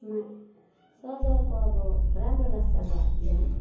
मा सजाको अब राम्रो लाग्छ घरतिर